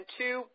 two